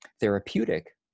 therapeutic